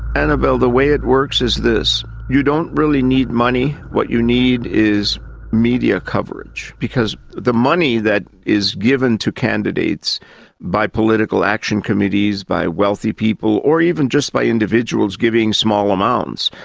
annabelle, the way it works is this you don't really need money, what you need is media coverage, because the money that is given to candidates by political action committees, by wealthy people, or even just by individuals giving small amounts,